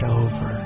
over